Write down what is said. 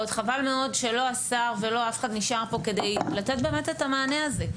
חבל מאוד שלא השר ולא אף אחד נשאר פה כדי לתת באמת את המענה הזה,